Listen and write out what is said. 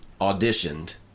auditioned